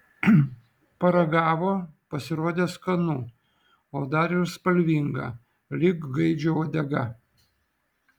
paragavo pasirodė skanu o dar ir spalvinga lyg gaidžio uodega